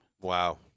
Wow